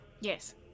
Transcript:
Yes